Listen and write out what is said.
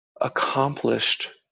accomplished